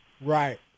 Right